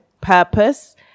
purpose